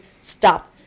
Stop